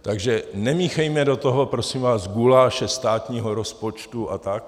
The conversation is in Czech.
Takže nemíchejme do toho prosím vás guláše státního rozpočtu a tak.